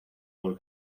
gol